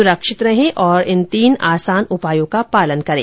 सुरक्षित रहें और इन तीन आसान उपायों का पालन करें